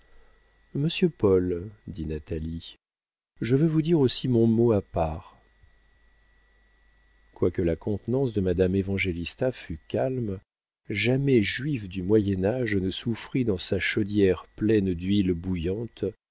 paul dit natalie je veux vous dire aussi mon mot à part quoique la contenance de madame évangélista fût calme jamais juif du moyen âge ne souffrit dans sa chaudière pleine d'huile bouillante